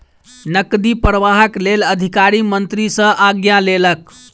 नकदी प्रवाहक लेल अधिकारी मंत्री सॅ आज्ञा लेलक